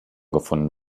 gefunden